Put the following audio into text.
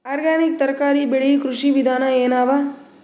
Organic ತರಕಾರಿ ಬೆಳಿ ಕೃಷಿ ವಿಧಾನ ಎನವ?